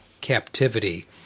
captivity